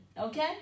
Okay